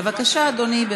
בבקשה, אדוני.